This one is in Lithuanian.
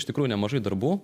iš tikrųjų nemažai darbų